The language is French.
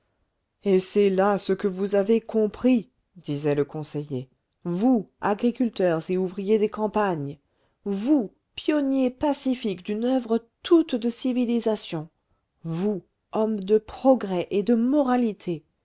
et c'est là ce que vous avez compris disait le conseiller vous agriculteurs et ouvriers des campagnes vous pionniers pacifiques d'une oeuvre toute de civilisation vous hommes de progrès et de moralité